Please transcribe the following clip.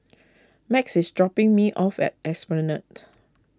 Max is dropping me off at Esplanade